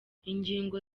ingingo